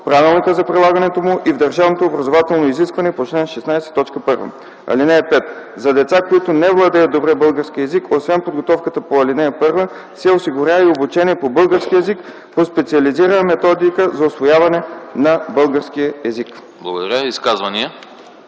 правилника за прилагането му и в държавното образователно изискване по чл. 16, т. 1. (5) За деца, които не владеят добре български език, освен подготовката по ал. 1 се осигурява и обучение по български език по специализирана методика за усвояване на българския език.” ПРЕДСЕДАТЕЛ